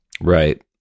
Right